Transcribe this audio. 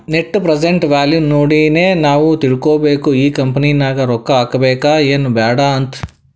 net present value ನೋಡಿನೆ ನಾವ್ ತಿಳ್ಕೋಬೇಕು ಈ ಕಂಪನಿ ನಾಗ್ ರೊಕ್ಕಾ ಹಾಕಬೇಕ ಎನ್ ಬ್ಯಾಡ್ ಅಂತ್